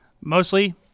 mostly